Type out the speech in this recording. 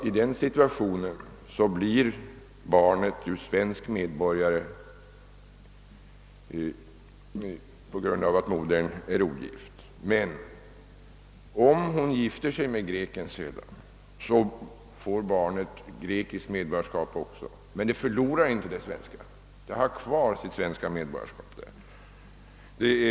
På grund av att modern är ogift blir det barnet svensk medborgare. Om kvinnan sedan gifter sig med den grekiske mannen får barnet även grekiskt medborgarskap, men det förlorar inte sitt svenska medborgarskap.